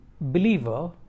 believer